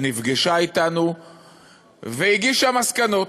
היא נפגשה אתנו והגישה מסקנות.